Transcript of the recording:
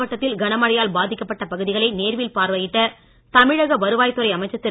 மாவட்டத்தில் லட்ச கனமழையால் பாதிக்கப்பட்ட பகுதிகளை நேரில் பார்வையிட்ட தமிழக வருவாய்த் துறை அமைச்சர் திரு